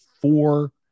four